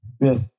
Yes